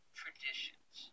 traditions